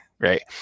Right